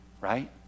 right